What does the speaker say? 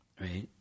right